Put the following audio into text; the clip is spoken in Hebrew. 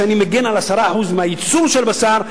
שאני מגן על 10% מהייצור של בשר,